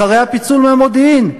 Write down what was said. אחרי הפיצול מהמודיעין?